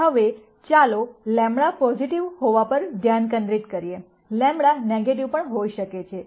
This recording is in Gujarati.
હવે ચાલો λ પોઝિટિવ હોવા પર ધ્યાન કેન્દ્રિત કરીએ λ નેગેટિવ પણ હોઈ શકે છે